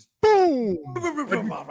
Boom